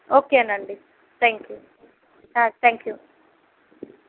okay అండి thank you thank you